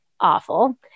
awful